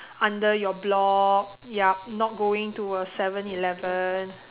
under your block yup not going to a seven-eleven